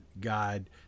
God